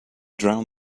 drown